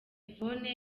yvonne